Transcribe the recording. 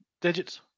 digits